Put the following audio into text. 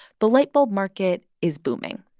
the light bulb market is booming.